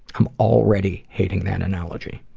i am already hating that analogy.